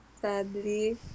Sadly